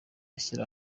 ashyira